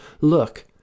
Look